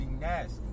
nasty